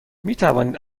میتوانید